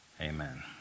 Amen